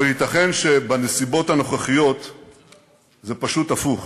אבל ייתכן שבנסיבות הנוכחיות זה פשוט הפוך,